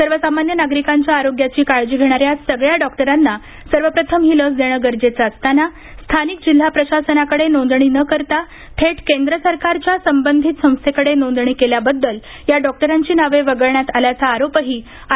सर्वसामान्य नागरिकांच्या आरोग्याची काळजी घेणाऱ्या सर्व डॉक्टरांना सर्वप्रथम ही लस देणे गरजेचं असताना स्थानिक जिल्हा प्रशासनाकडे नोंदणी न करता थेट केंद्र सरकारच्या संबंधित संस्थेकडे नोंदणी केल्याबद्दल या डॉक्टरांची नावे वगळण्यात आल्याचा आरोपही आय